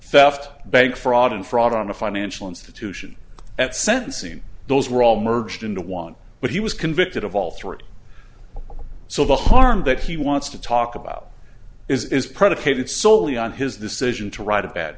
felf bank fraud and fraud on the financial institution at sentencing those were all merged into one but he was convicted of all three so the harm that he wants to talk about is is predicated solely on his decision to write a bad